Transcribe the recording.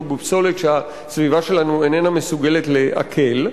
בפסולת שהסביבה שלנו איננה מסוגלת לעכל,